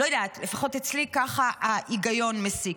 לא יודעת, לפחות אצלי כך ההיגיון מסיק.